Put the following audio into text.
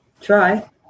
try